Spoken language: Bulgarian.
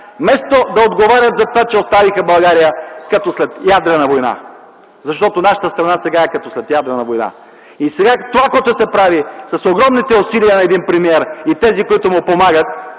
Вместо да отговарят за това, че оставиха България като след ядрена война, защото нашата страна сега е като след ядрена война. Сега това, което се прави с огромните усилия на един премиер и тези, които му помагат